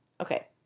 okay